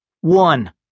One